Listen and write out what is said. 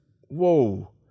Whoa